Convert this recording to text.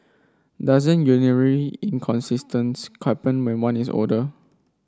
doesn't happen when one is older